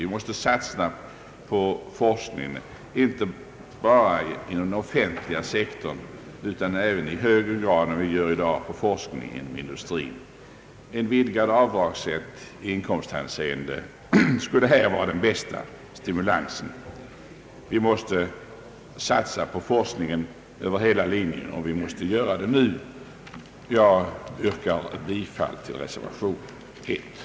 Vi måste satsa på forskning inte bara inom den offentliga sektorn utan också — i högre grad än i dag — inom industrin. En vidgad avdragsrätt när det gäller inkomsterna skulle vara den bästa stimulansen, Vi måste satsa på forskning över hela linjen, och vi måste göra det nu. Herr talman! Jag yrkar bifall till reservationen.